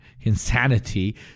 insanity